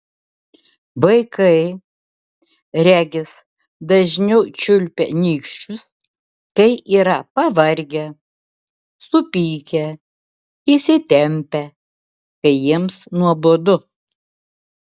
vaikai regis dažniau čiulpia nykščius kai yra pavargę supykę įsitempę kai jiems nuobodu